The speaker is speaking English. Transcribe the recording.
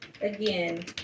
again